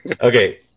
Okay